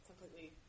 completely